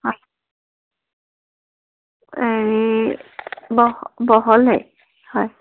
হয় হেৰি বহলেই হয়